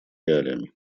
реалиям